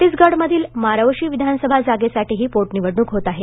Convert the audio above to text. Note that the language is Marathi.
छत्तीसगडमधील मारवशी विधानसभा जागेसाठीही पोटनिवडणूक होत आहे